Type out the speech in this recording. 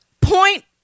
point